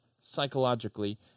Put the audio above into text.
psychologically